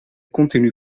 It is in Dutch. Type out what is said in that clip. continu